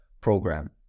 program